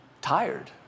tired